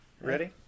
Ready